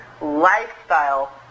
lifestyle